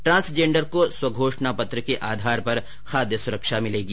transgender को स्वघोषणा पत्र के आधार पर खाद्य सुरक्षा मिलेगी